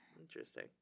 Interesting